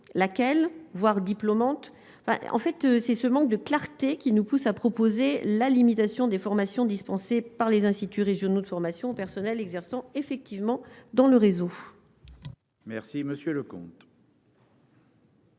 laquelle voire diplômante en fait c'est ce manque de clarté qui nous pousse à proposer la limitation des formations dispensées par les instituts régionaux de formation personnels exerçant effectivement dans le réseau. Merci, Monsieur le